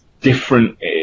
different